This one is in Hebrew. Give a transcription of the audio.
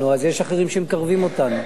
אז יש אחרים שמקרבים אותנו.